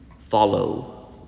follow